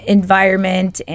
environment